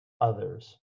others